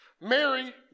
Mary